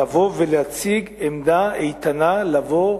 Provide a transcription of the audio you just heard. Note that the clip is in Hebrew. לבוא ולהציג עמדה איתנה, לבוא